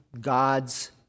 God's